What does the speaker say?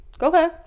Okay